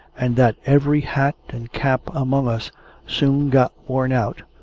and that every hat and cap among us soon got worn out,